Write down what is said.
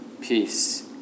peace